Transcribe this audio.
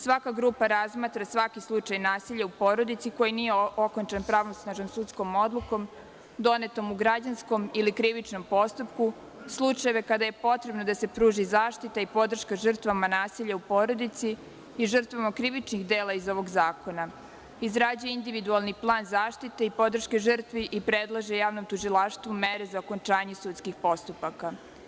Svaka grupa razmatra svaki slučaj nasilja u porodici koji nije okončan pravnosnažnom sudskom odlukom donetom u građanskom ili krivičnom postupku, slučajeve kada je potrebno da se pruži zaštita i podrška žrtvama nasilja u porodici i žrtvama krivičnih dela iz ovog zakona, izrađuje individualni plan zaštite i podrške žrtvi i predlaže javnom tužilaštvu mere za okončanje sudskih postupaka.